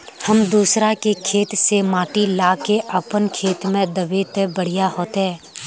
हम दूसरा के खेत से माटी ला के अपन खेत में दबे ते बढ़िया होते?